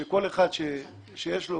כשכל אחד שיש לו